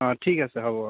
অ' ঠিক আছে হ'ব